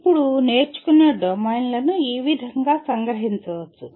ఇప్పుడు నేర్చుకునే డొమైన్లను ఈ విధంగా సంగ్రహించవచ్చు